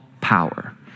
power